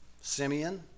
Simeon